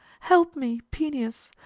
help me, peneus!